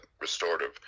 restorative